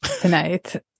tonight